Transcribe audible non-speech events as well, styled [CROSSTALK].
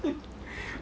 [LAUGHS]